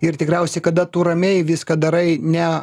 ir tikriausiai kada tu ramiai viską darai ne